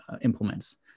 implements